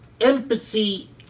empathy